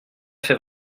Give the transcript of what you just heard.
fait